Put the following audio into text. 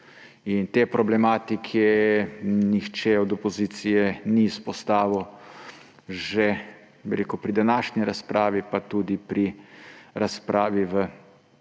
In te problematike nihče od opozicije ni izpostavil že pri današnji razpravi, pa tudi pri razpravi v